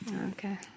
Okay